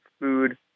food